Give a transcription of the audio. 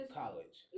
college